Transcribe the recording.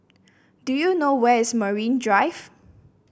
do you know where is Marine Drive